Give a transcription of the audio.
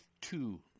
two